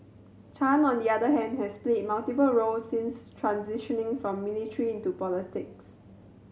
Chan on the other hand has played multiple roles since transitioning from military into politics